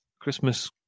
Christmas